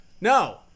No